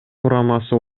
курамасы